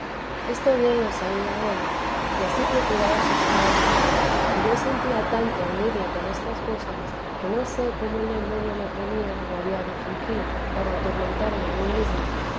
esto bien lo sabía él y ansí procuraba sosegarme y yo sentía tanto en irle con estas cosas que no sé cómo el demonio me ponía lo había de fingir para atormentarme a mí mesma